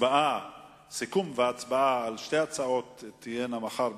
סיכום והצבעה על שתי ההצעות מחר,